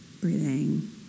breathing